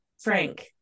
frank